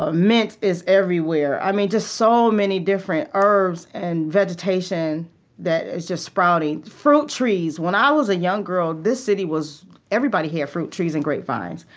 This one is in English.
ah mint is everywhere. i mean, just so many different herbs and vegetation that is just sprouting. fruit trees when i was a young girl, this city was everybody had fruit trees and grapevines.